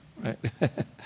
Right